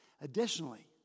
Additionally